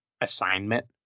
assignment